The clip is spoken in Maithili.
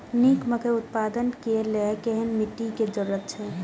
निक मकई उत्पादन के लेल केहेन मिट्टी के जरूरी छे?